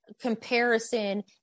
comparison